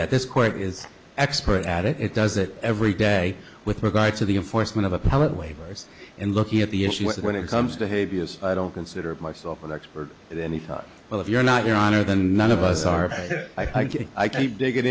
that this court is expert at it it does it every day with regard to the enforcement of appellate waivers and looking at the issues when it comes to hey b s i don't consider myself an expert in anything well if you're not your honor then none of us are i q i could dig it